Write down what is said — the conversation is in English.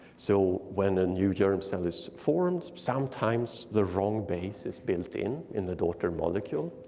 so when a new germ cell is formed, sometimes, the wrong base is built in in the daughter molecule.